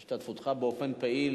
ואני אומר את האמת, אם אומרים שהחיים יותר